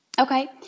Okay